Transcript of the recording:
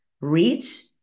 Reach